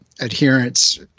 adherence